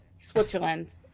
Switzerland